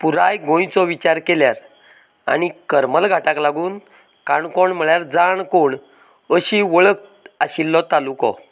पुराय गोंयचो विचार केल्यार आनीक करमल घाटाक लागून काणकोण म्हळ्यार जाणकोण अशीं वळख आशिल्लो तालुको